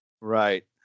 Right